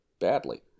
badly